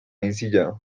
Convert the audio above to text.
ensillado